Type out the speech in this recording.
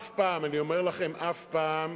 אף פעם, אני אומר לכם, אף פעם,